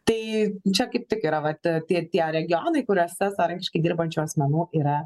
tai čia kaip tik yra vat tie tie regionai kuriuose savarankiškai dirbančių asmenų yra